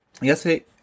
Yesterday